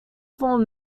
form